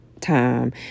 time